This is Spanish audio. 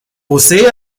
posee